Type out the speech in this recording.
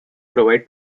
provide